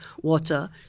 water